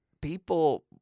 people